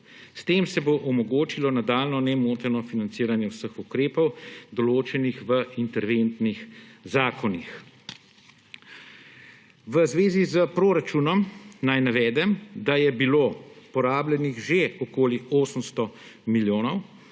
S tem se bo omogočilo nadaljnje nemoteno financiranje vseh ukrepov, določenih v interventnih zakonih. V zvezi s proračunom naj navedem, da je bilo porabljenih že okoli 800 milijonov,